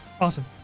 Awesome